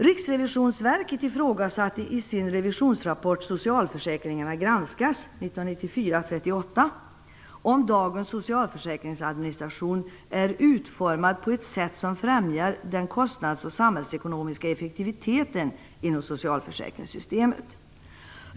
Riksrevisionsverket ifrågasatte i sin revisionsrapport Socialförsäkringarna granskas, 1994:38, att dagens socialförsäkringsadministration är utformad på ett sätt som främjar den kostnads och samhällsekonomiska effektiviteten inom socialförsäkringssystemet.